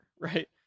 right